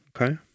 Okay